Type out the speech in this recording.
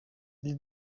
для